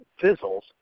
fizzles